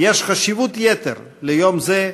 יש חשיבות יתר ליום זה,